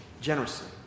generously